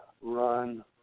run